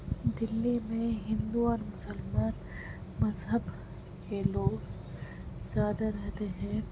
دلی میں ہندو اور مسلمان مذہب کے لوگ زیادہ رہتے ہیں